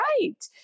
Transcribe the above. right